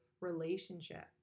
relationship